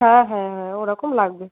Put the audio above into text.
হ্যাঁ হ্যাঁ ওরকম লাগবে